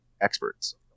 experts